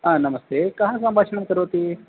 आ नमस्ते कः सम्भाषणं करोति